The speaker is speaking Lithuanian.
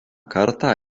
kartą